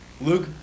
Luke